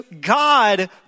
God